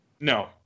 No